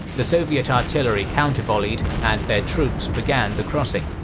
the soviet artillery counter-volleyed and their troops began the crossing.